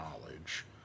knowledge